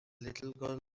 little